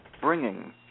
bringing